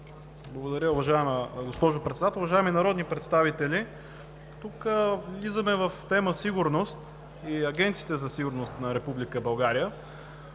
Благодаря, уважаема госпожо Председател. Уважаеми народни представители, тук влизаме в тема „Сигурност“ и агенциите за сигурност на